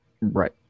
Right